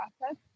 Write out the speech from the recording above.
process